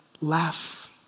laugh